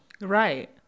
Right